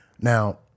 Now